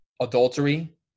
adultery